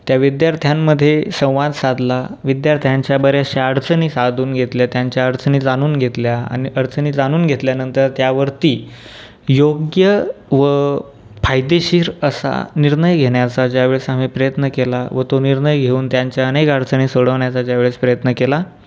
त्या विद्यार्थ्यांमध्ये संवाद साधला विद्यार्थ्यांच्या बऱ्याचशा अडचणी साधून घेतल्या त्यांच्या अडचणी जाणून घेतल्या आणि अडचणी जाणून घेतल्यानंतर त्यावरती योग्य व फायदेशीर असा निर्णय घेण्याचा ज्यावेळेस आम्ही प्रयत्न केला व तो निर्णय घेऊन त्यांच्या अनेक अडचणी सोडवण्याचा ज्यावेळेस प्रयत्न केला